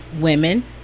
women